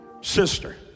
sister